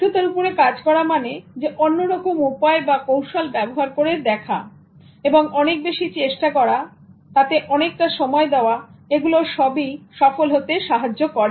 ব্যর্থতার উপরে কাজ করা মানে অন্যরকম উপায় বা কৌশল ব্যবহার করে দেখা এবং অনেক বেশি চেষ্টা করা অনেকটা সময় দেওয়া এগুলো সব সফল হতে সাহায্য করে